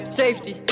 safety